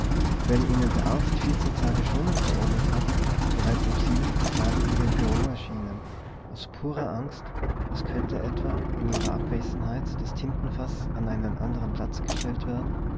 wenn ihnen der arzt vierzehn tage schonung verordnet hat bereits am siebenten tage wieder im bureau erscheinen aus purer angst es könnte etwa in ihrer abwesenheit das tintenfaß an einen anderen platz gestellt werden